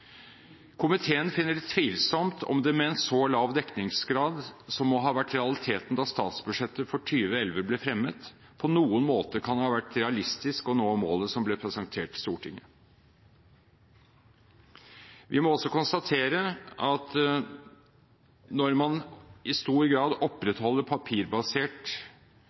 Komiteen finner det tvilsomt om det med en så lav dekningsgrad som må ha vært realiteten da statsbudsjettet for 2011 ble fremmet, på noen måte kan ha vært realistisk å nå målet som ble presentert i Stortinget. Vi må også konstatere at når man i stor grad opprettholder papirbasert